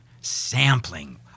sampling